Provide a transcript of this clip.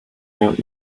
out